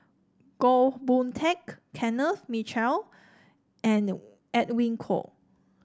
Goh Boon Teck Kenneth Mitchell and Edwin Koek